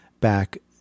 back